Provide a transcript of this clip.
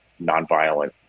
nonviolent